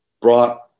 brought